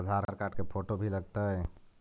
आधार card के photo भी लग तै?